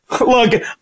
look